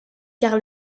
car